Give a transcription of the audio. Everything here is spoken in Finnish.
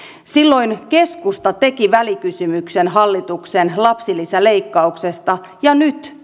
silloin keskusta teki välikysymyksen hallituksen lapsilisäleikkauksesta ja nyt